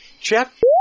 Jeff